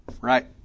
Right